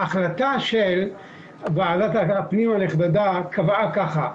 ההחלטה של ועדת הפנים הנכבדה קבעה ככה,